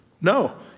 No